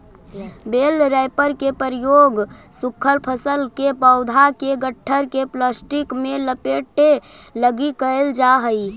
बेल wrapper के प्रयोग सूखल फसल के पौधा के गट्ठर के प्लास्टिक में लपेटे लगी कईल जा हई